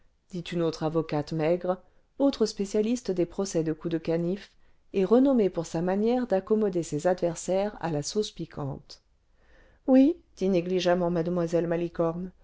dit une autre avocate maigre autre spécialiste des procès cle coups de canif et renommée pour sa manière d'accommoder ses adversaires à la sauce piquante oui dit négligemment m'e malicorne